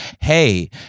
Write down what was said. hey